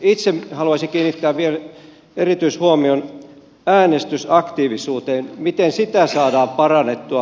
itse haluaisin kiinnittää vielä erityishuomion äänestysaktiivisuuteen miten sitä saadaan parannettua